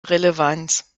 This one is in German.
relevanz